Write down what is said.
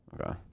Okay